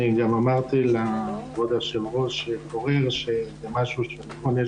אמרתי לכבוד היושב-ראש פורר שנכון,